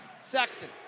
Sexton